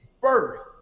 birth